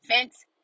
fence